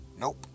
Nope